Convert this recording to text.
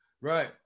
Right